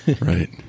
Right